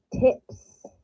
tips